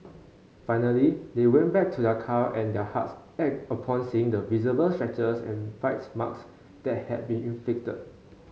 finally they went back to their car and their hearts ached upon seeing the visible scratches and bite marks that had been inflicted